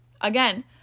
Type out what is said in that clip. Again